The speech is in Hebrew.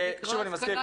סליחה,